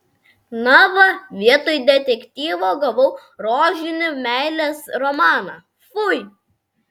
na va vietoj detektyvo gavau rožinį meilės romaną fui